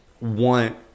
want